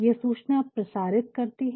ये सूचना प्रसारित करती है